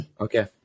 Okay